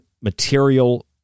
material